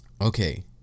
okay